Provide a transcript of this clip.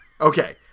Okay